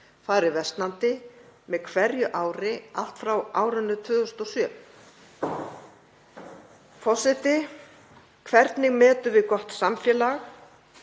farið versnandi með hverju ári allt frá árinu 2007. Forseti. Hvernig metum við gott samfélag?